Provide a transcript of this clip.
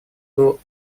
был